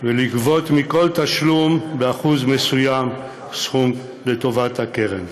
ולגבות מכל תשלום באחוז מסוים סכום לטובת הקרן.